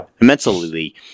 Immensely